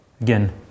Again